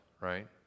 right